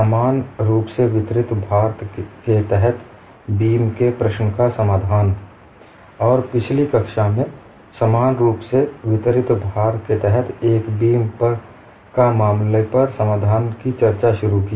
समान रूप से वितरित भार के तहत बीम के प्रश्न का समाधान और पिछली कक्षा मेंसमान रूप से वितरित भार के तहत एक बीम का मामले पर समाधान पर चर्चा शुरू की